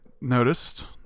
noticed